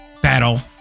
battle